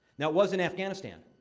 now, it was in afghanistan.